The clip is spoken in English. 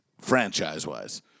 franchise-wise